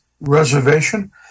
reservation